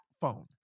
phone